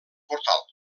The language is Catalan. portal